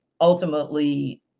ultimately